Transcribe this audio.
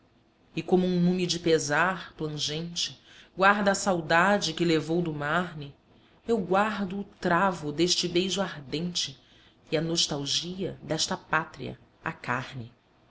e como um nume de pesar plangente guarda a saudade que levou do marne eu guardo o travo deste beijo ardente e a nostalgia desta pátria a carne